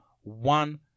one